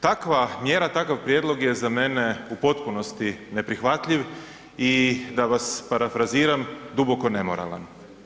Takva mjera, takav prijedlog je za mene u potpunosti neprihvatljiv i da vas parafraziram duboko nemoralan.